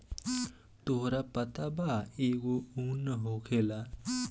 तोहरा पता बा एगो उन होखेला